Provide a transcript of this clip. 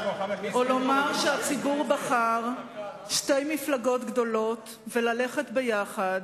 או לומר שהציבור בחר שתי מפלגות גדולות וללכת ביחד,